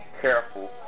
careful